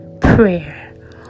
Prayer